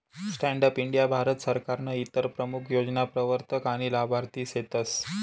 stand up India भारत सरकारनं इतर प्रमूख योजना प्रवरतक आनी लाभार्थी सेतस